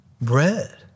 bread